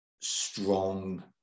strong